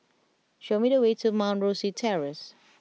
show me the way to Mount Rosie Terrace